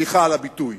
סליחה על הביטוי,